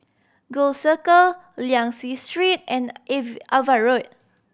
Gul Circle Liang Seah Street and Ava Road